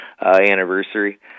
anniversary